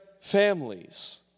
families